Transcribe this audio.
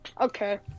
okay